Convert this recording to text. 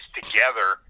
together